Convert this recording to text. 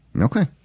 Okay